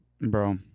bro